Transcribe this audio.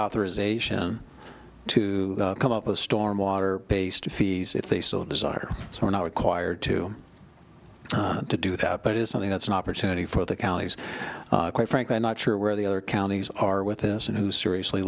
authorization to come up with storm water based fees if they so desire so we're not required to to do that but it is something that's an opportunity for the counties quite frankly not sure where the other counties are with us and who seriously